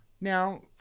Now